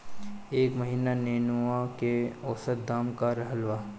एह महीना नेनुआ के औसत दाम का रहल बा?